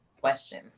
question